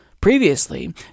previously